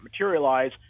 materialize